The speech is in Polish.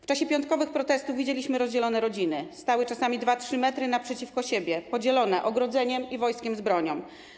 W czasie piątkowych protestów widzieliśmy rozdzielone rodziny, stały czasami 2, 3 m od siebie, oddzielone ogrodzeniem i wojskiem z bronią.